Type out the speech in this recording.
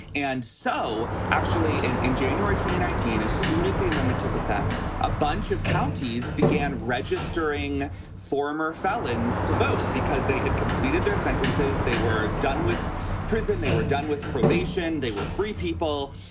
and so actually in in january twenty nineteen, as soon as the amendment took effect, a bunch of counties began registering former felons to vote because they had completed their sentences. they were done with prison. they were done with probation. they were free people.